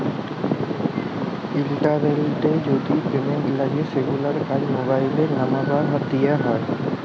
ইলটারলেটে যদি পেমেল্ট লাগে সেগুলার কাজ মোবাইল লামবার দ্যিয়ে হয়